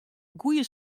goede